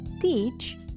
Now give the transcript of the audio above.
teach